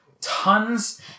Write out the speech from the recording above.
tons